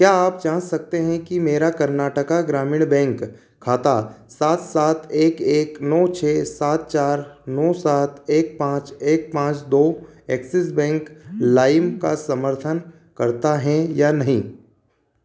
क्या आप जाँच सकते हैं कि मेरा कर्नाटक ग्रामीण बैंक खाता सात सात एक एक नौ छः सात चार नौ सात एक पाँच एक पाँच दो एक्सिस बैंक लाइम का समर्थन करता है या नहीं